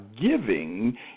giving